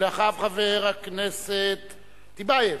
ואחריו, חבר הכנסת טיבייב.